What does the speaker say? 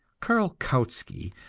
karl kautsky,